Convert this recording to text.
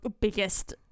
biggest